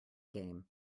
game